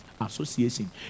association